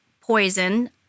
poison